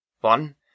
One